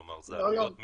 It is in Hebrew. כלומר, אלה עבודות